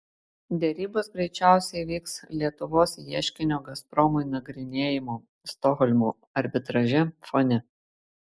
derybos greičiausiai vyks lietuvos ieškinio gazpromui nagrinėjimo stokholmo arbitraže fone